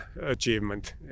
achievement